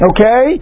Okay